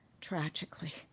Tragically